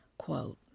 quote